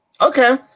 Okay